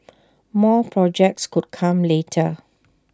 more projects could come later